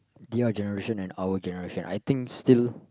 their generation and our generation I think still